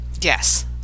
Yes